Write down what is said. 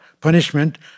punishment